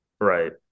Right